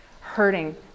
hurting